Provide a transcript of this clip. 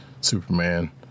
Superman